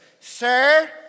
Sir